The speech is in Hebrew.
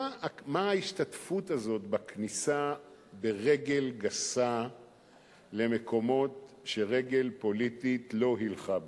מה ההשתתפות הזאת בכניסה ברגל גסה למקומות שרגל פוליטית לא הילכה בהם?